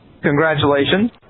Congratulations